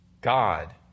God